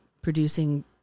producing